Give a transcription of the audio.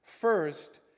First